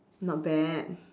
not bad